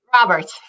Robert